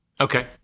Okay